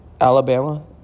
Alabama